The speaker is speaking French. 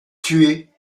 tuer